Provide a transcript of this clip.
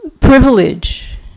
privilege